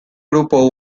grupo